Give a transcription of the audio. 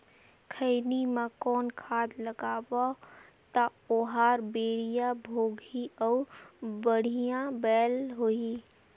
खैनी मा कौन खाद लगाबो ता ओहार बेडिया भोगही अउ बढ़िया बैल होही?